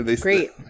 Great